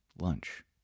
lunch